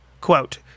quote